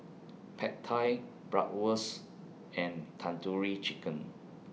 Pad Thai Bratwurst and Tandoori Chicken